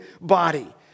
body